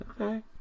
okay